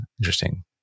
Interesting